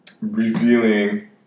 revealing